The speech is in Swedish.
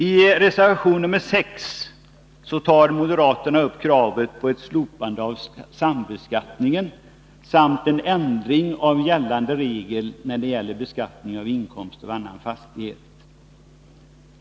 I reservation 6 tar moderaterna upp kravet på ett slopande av sambeskattningen samt en ändring av gällande regler när det gäller beskattning av inkomst av annan fastighet.